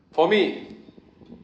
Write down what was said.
for me